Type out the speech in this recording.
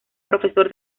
profesor